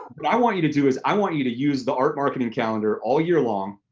what i want you to do is i want you to use the art marketing calendar all year long,